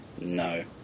No